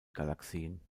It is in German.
galaxien